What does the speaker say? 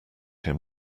him